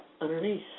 underneath